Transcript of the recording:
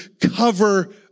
cover